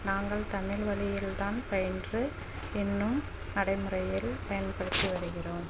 நாங்கள் தமிழ் வழியில் தான் பயின்று இன்னும் நடைமுறையில் பயன்படுத்தி வருகிறோம்